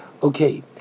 Okay